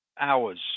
Hours